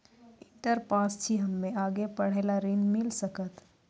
Inter pass छी हम्मे आगे पढ़े ला ऋण मिल सकत?